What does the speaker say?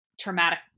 traumatic